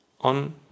on